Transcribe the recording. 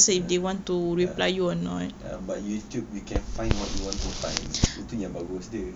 ya ya ya but youtube you can find what you want to find itu yang bagus dia